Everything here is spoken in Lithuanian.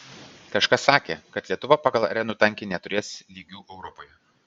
kažkas sakė kad lietuva pagal arenų tankį neturės lygių europoje